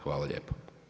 Hvala lijepo.